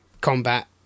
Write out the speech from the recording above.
combat